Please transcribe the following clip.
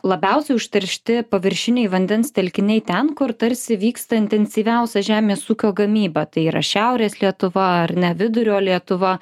labiausiai užteršti paviršiniai vandens telkiniai ten kur tarsi vyksta intensyviausia žemės ūkio gamyba tai yra šiaurės lietuva ar ne vidurio lietuva